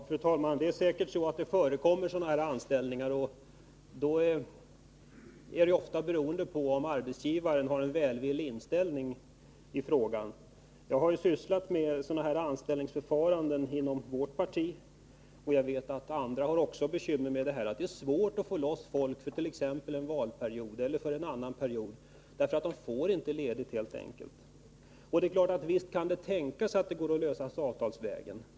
Fru talman! Sådana här anställningar förekommer säkert, men då beror det på att arbetsgivaren har en välvillig inställning i frågan. Jag har sysslat med detta slags anställningsförfaranden inom vårt parti, och jag vet att även andra har bekymmer att ordna tjänstledighet från det ordinarie jobbet. Det är svårt att få loss folk för t.ex. en valperiod. De får inte ledigt helt enkelt. Visst kan det tänkas att frågan kommer att lösas avtalsvägen.